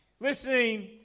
Listening